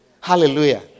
Hallelujah